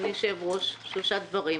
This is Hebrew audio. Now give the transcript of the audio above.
אדוני היושב-ראש, שלושה דברים.